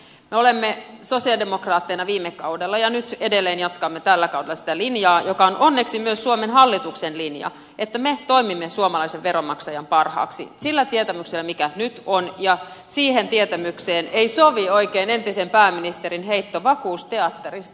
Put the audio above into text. me olemme sosialidemokraatteina viime kaudella aloittaneet ja nyt edelleen jatkamme tällä kaudella sitä linjaa joka on onneksi myös suomen hallituksen linja että me toimimme suomalaisen veronmaksajan parhaaksi sillä tietämyksellä mikä nyt on ja siihen tietämykseen ei sovi oikein entisen pääministerin heitto vakuusteatterista